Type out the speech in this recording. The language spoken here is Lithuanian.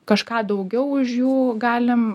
kažką daugiau už jų galim